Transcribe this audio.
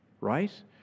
right